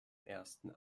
ersten